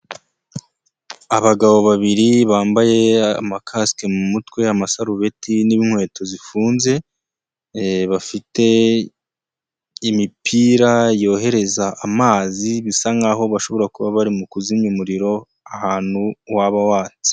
Abagabo babiri bambaye amakasike mu mutwe, amasarubeti n'inkweto zifunze, bafite imipira yohereza amazi bisa nkaho bashobora kuba bari mu kuzimya umuriro, ahantu waba watse.